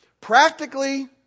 Practically